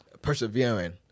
Persevering